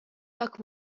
так